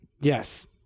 Yes